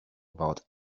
about